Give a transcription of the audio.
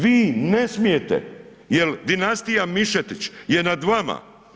Vi ne smijete jer dinastija Mišetić je nad vama.